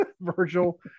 virgil